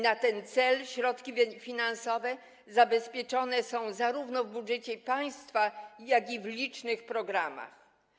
Na ten cel środki finansowe są zabezpieczone zarówno w budżecie państwa, jak i w licznych programach.